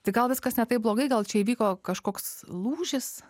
tai gal viskas ne taip blogai gal čia įvyko kažkoks lūžis